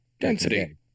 Density